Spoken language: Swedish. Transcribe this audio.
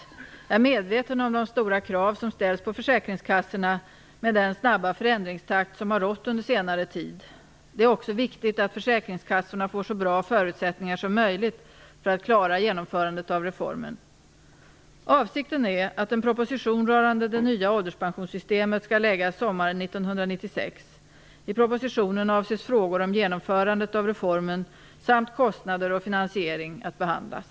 Jag är medveten om de stora krav som ställs på försäkringskassorna med den snabba förändringstakt som har rått under senare tid. Det är också viktigt att försäkringskassorna får så bra förutsättningar som möjligt för att klara genomförandet av reformen. Avsikten är att en proposition rörande det nya ålderspensionssystemet skall läggas sommaren 1996. I propositionen avses frågor om genomförandet av reformen samt kostnader och finansiering att behandlas.